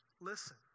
listen